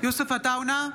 יוסף עטאונה,